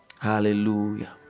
Hallelujah